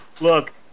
look